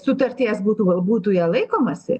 sutarties būtų būtų ja laikomasi